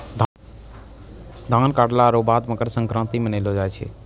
धान काटला रो बाद मकरसंक्रान्ती मानैलो जाय छै